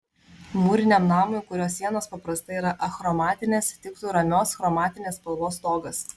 mūriniam namui kurio sienos paprastai yra achromatinės tiktų ramios chromatinės spalvos stogas